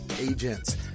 agents